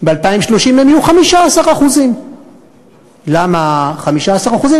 ב-2030 הם יהיו 15%. למה 15%?